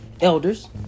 elders